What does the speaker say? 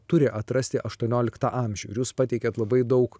turi atrasti aštuonioliktą amžių ir jūs pateikėt labai daug